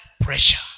pressure